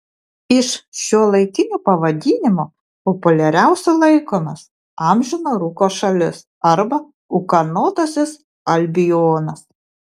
iš šiuolaikinių pavadinimų populiariausiu laikomas amžino rūko šalis arba ūkanotasis albionas